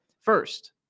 First